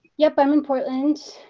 yep. i'm in portland.